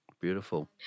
Beautiful